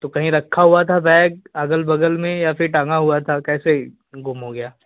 तो कहीं रखा हुआ था बैग अगल बगल में या फिर टंगा हुआ था कैसे गुम हो गया